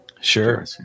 Sure